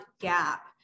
gap